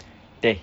dey